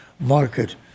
market